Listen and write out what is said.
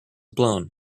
blown